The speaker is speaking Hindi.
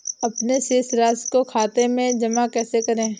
अपने शेष राशि को खाते में जमा कैसे करें?